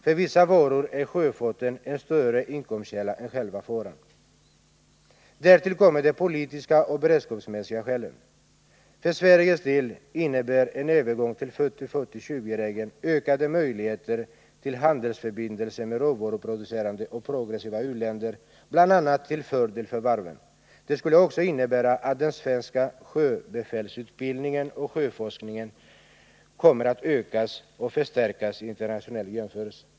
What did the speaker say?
För vissa råvaror är sjöfrakten en större inkomstkälla än själva varan. Därtill kommer de politiska och beredskapsmässiga skälen. För Sveriges del innebär en övergång till 40 20-regeln ökade möjligheter till handelsförbindelser med råvaruproducerande och progressiva u-länder, bl.a. till fördel för varven. Den skulle också innebära att den svenska sjöbefälsutbildningen och sjöforskningen kommer att ökas och förstärkas i internationell jämförelse.